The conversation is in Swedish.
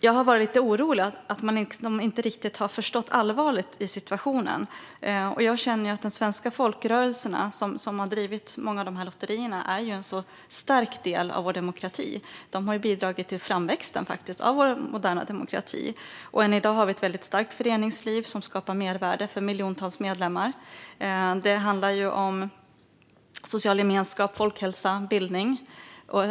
Jag har varit orolig att man inte riktigt har förstått allvaret i situationen, och jag känner att de svenska folkrörelserna, som har drivit många av de här lotterierna, är en stark del av vår demokrati. De har faktiskt bidragit till framväxten av vår moderna demokrati. I dag har vi ett väldigt starkt föreningsliv som skapar mervärde för miljontals medlemmar. Det handlar om social gemenskap, folkhälsa och bildning.